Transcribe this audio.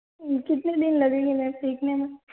कितने दिन लगेंगे मेच सीखने में